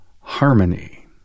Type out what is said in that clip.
harmony